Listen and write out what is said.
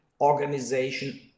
organization